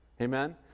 Amen